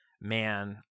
man